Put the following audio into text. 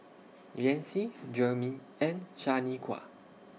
Yancy Jermey and Shaniqua